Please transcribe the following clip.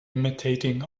imitating